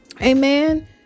Amen